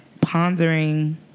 Pondering